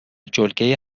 جلگه